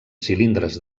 cilindres